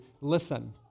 listen